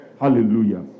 Hallelujah